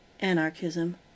Anarchism